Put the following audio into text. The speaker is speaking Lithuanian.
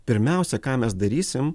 pirmiausia ką mes darysim